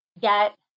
get